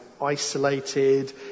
isolated